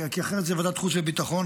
כי אחרת זה ועדת החוץ והביטחון,